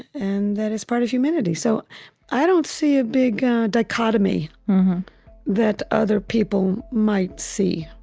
and that it's part of humanity. so i don't see a big dichotomy that other people might see.